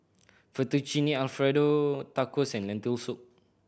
Fettuccine Alfredo Tacos and Lentil Soup